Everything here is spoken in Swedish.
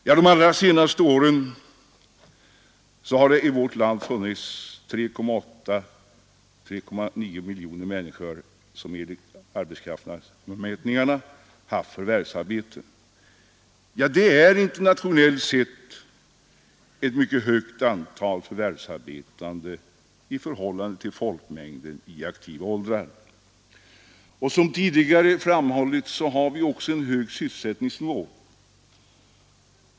Under de allra senaste åren har antalet människor i vårt land som enligt arbetskraftsmätningarna haft förvärvsarbete uppgått till i genomsnitt ca 3,9 miljoner. Det är internationellt sett ett mycket högt antal förvärvsarbetande i förhållande till folkmängden i aktiva åldrar. Som tidigare framhållits har vi också en hög sysselsättningsnivå.